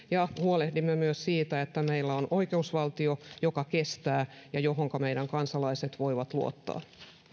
ja huolehdimme myös siitä että meillä on oikeusvaltio joka kestää ja johonka meidän kansalaiset voivat luottaa